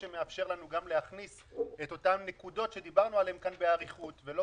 גם להכניס את אותן נקודות שדיברנו עליהן כאן באריכות ולא